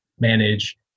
manage